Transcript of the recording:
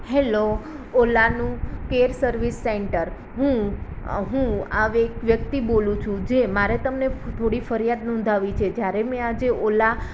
hello ઓલાનું care service centre હું હું આ વ્યક્તિ બોલું છું જે મારે તમને થોડી ફરિયાદ નોંધાવવી છે જ્યારે મેં આજે ઓલા